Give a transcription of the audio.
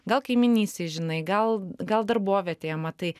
gal kaimynystėj žinai gal gal darbovietėje matai